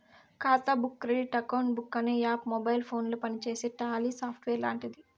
ఖాతా book credit account book అనే app mobile ఫోనుల పనిచేసే టాలీ సాఫ్ట్వేర్ లాంటిది